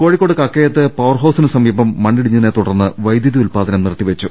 കോഴി ക്കോട് കക്കയത്ത് പവർ ഹൌസിന് സമീപം മണ്ണിടിഞ്ഞതിനെ തുടർന്ന് വൈദ്യുതി ഉത്പാദനം നിർത്തിവെച്ചു